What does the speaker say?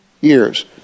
years